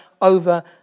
over